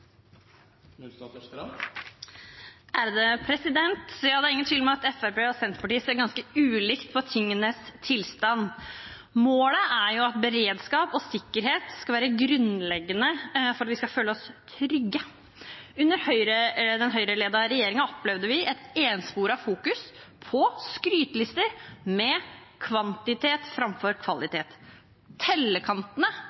at beredskap og sikkerhet skal være grunnleggende for at vi skal føle oss trygge. Under den Høyre-ledede regjeringen opplevde vi et ensporet fokus på skrytelister med kvantitet framfor